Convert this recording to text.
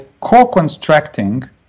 co-constructing